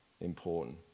important